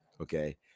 Okay